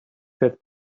said